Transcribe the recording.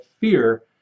fear